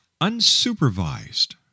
unsupervised